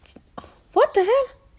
what the hell